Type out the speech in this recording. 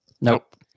Nope